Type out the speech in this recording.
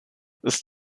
ist